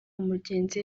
umugenzi